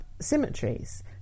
symmetries